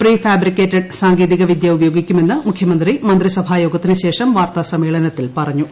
pre fabricated സാങ്കേതിക വിദ്യ ഉപയോഗിക്കുമെന്ന് മുഖ്യമന്ത്രി മന്ത്രിസഭായോഗത്തിനു ശേഷം വാർത്താസമ്മേളത്തിൽ പറഞ്ഞു